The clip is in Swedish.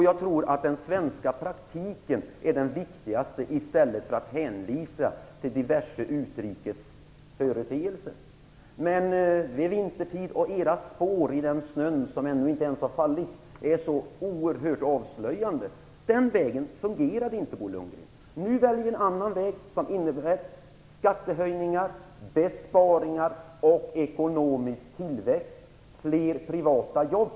Jag tror att det är viktigare med praktiken i Sverige än med diverse utrikes företeelser. Det är vintertid, och era spår i den snö som ännu inte har fallit är oerhört avslöjande. Er väg fungerade inte, Bo Lundgren. Nu väljer vi en annan väg som innebär skattehöjningar, besparingar, en ekonomisk tillväxt och fler jobb i den privata sektorn.